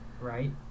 Right